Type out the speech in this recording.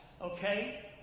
okay